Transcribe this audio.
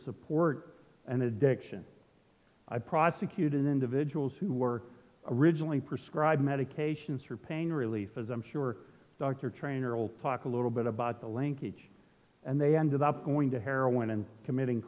support an addiction i prosecute individuals who were originally prescribed medications for pain relief as i'm sure dr trainer will talk a little bit about the linkage and they ended up going to heroin and committing